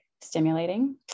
stimulating